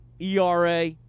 ERA